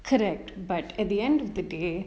correct but at the end of the day